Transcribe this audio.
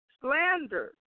slander